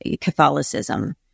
Catholicism